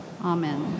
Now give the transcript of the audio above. Amen